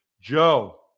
Joe